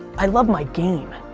i love my game.